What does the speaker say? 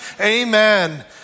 Amen